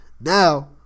now